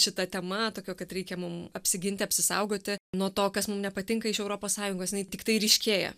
šita tema tokio kad reikia mum apsiginti apsisaugoti nuo to kas mum nepatinka iš europos sąjungos jinai tiktai ryškėja